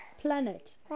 Planet